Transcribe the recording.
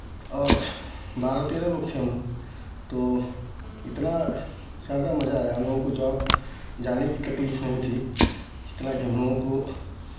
और बारह तेरह लोग थे हमलोग तो इतना शानदार मज़ा आया हमलोगों को जॉब जाने की तकलीफ़ नहीं थी जितना कि हमलोगों को